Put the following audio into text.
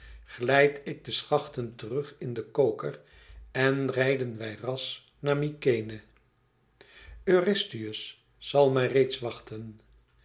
glijd ik de schachten terug in den koker en rijden wij ras naar mykenæ eurystheus zal mij reeds wachten